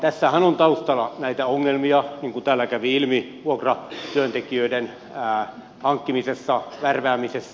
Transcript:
tässähän on taustalla näitä ongelmia niin kuin täällä kävi ilmi vuokratyöntekijöiden hankkimisessa värväämisessä